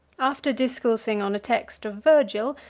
after discoursing on a text of virgil,